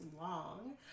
long